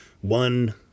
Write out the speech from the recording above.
one